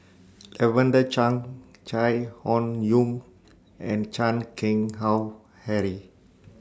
Lavender Chang Chai Hon Yoong and Chan Keng Howe Harry